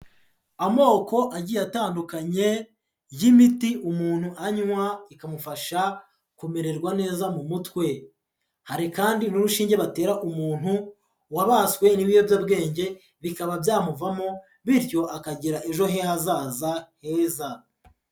Amoko agiye atandukanye y'imiti umuntu anywa ikamufasha kumererwa neza mu mutwe, hari kandi n'urushinge batera umuntu wabaswe n'ibiyobyabwenge bikaba byamuvamo, bityo akagira ejo he hazaza heza.